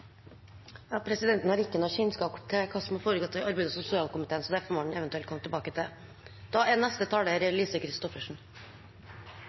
Presidenten har ikke noe kjennskap til hva som har foregått i arbeids- og sosialkomiteen, så det får man eventuelt komme tilbake til. Det er